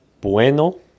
Bueno